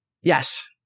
Yes